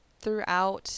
throughout